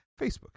Facebook